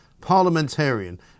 parliamentarian